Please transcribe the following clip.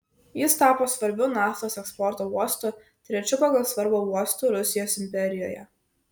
jis tapo svarbiu naftos eksporto uostu trečiu pagal svarbą uostu rusijos imperijoje